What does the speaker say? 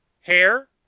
Hair